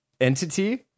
entity